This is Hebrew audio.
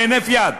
בהינף יד.